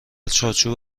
چارچوب